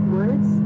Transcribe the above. words